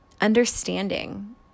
understanding